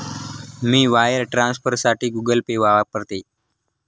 मी wire ट्रान्सफरसाठी Google Pay वापरते